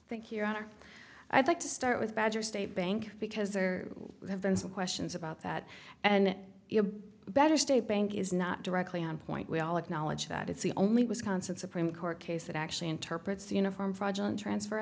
you your honor i'd like to start with badger state bank because there have been some questions about that and a better state bank is not directly on point we all acknowledge that it's the only wisconsin supreme court case that actually interprets the uniform fraudulent transfer